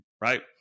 right